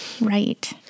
Right